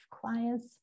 clients